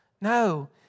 No